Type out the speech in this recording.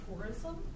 tourism